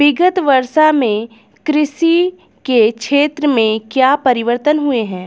विगत वर्षों में कृषि के क्षेत्र में क्या परिवर्तन हुए हैं?